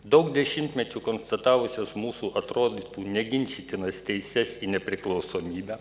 daug dešimtmečių konstatavusios mūsų atrodytų neginčytinas teises į nepriklausomybę